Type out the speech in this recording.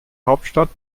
hauptstadt